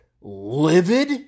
livid